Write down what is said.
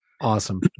Awesome